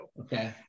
Okay